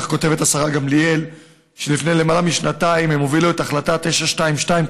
כותבת השרה גמליאל שלפני למעלה משנתיים הם הובילו את החלטה 922,